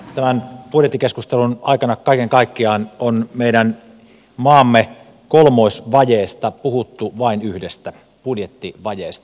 tämän budjettikeskustelun aikana kaiken kaikkiaan on meidän maamme kolmoisvajeesta huolimatta puhuttu vain yhdestä vajeesta budjettivajeesta